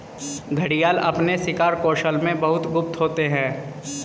घड़ियाल अपने शिकार कौशल में बहुत गुप्त होते हैं